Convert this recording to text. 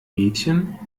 mädchen